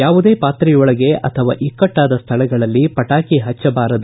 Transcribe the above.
ಯಾವುದೇ ಪಾತ್ರೆಯೊಳಗೆ ಅಥವಾ ಇಕ್ಕಟ್ಟಾದ ಸ್ಥಳಗಳಲ್ಲಿ ಪಟಾಕಿ ಪಚ್ಚಬಾರದು